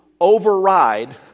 override